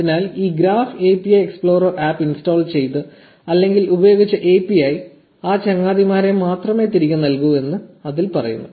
അതിനാൽ ഈ graph API explorer app install ചെയ്ത അല്ലെങ്കിൽ ഉപയോഗിച്ച API ആ ചങ്ങാതിമാരെ മാത്രമേ തിരികെ നൽകൂ എന്ന് അതിൽ പറയുന്നു